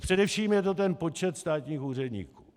Především je to ten počet státních úředníků.